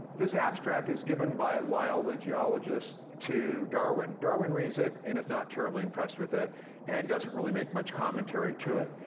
this abstract is given by lyell, the geologist, to darwin. darwin reads it and is not terribly impressed with it and doesn't really make much commentary to it,